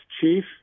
Chief